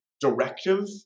directive